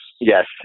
Yes